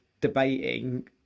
debating